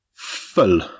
full